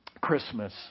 Christmas